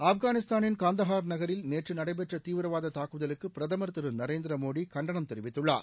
ஆப்கானிஸ்தானின் கந்தகார் நகில் நேற்று நடைபெற்ற தீவிரவாத தாக்குதலுக்கு பிரதமா் திரு நரேந்திர மோடி கண்டனம் தெரிவித்துள்ளார்